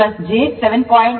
6 j 7